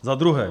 Za druhé.